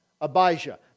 Abijah